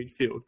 midfield